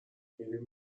میریم